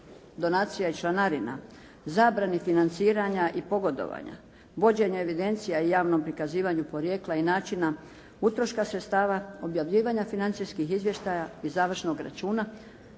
donacija i članarina, zabrani financiranja i pogodovanja, vođenja evidencija i javnom prikazivanju porijekla i načina utroška sredstava, objavljivanja financijskih izvještaja i završnog računa